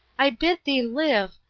i bid thee live,